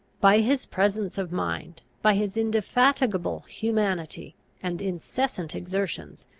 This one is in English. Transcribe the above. by his presence of mind, by his indefatigable humanity and incessant exertions,